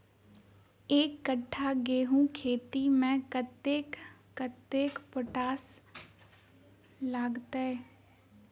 एक कट्ठा गेंहूँ खेती मे कतेक कतेक पोटाश लागतै?